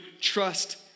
trust